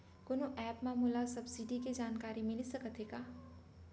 कोनो एप मा मोला सब्सिडी के जानकारी मिलिस सकत हे का?